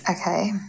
Okay